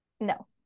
No